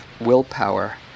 willpower